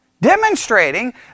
Demonstrating